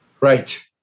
Right